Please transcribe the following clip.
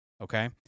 Okay